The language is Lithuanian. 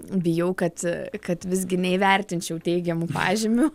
bijau kad kad visgi neįvertinčiau teigiamu pažymiu